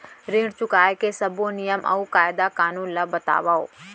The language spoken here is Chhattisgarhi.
ऋण चुकाए के सब्बो नियम अऊ कायदे कानून ला बतावव